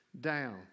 down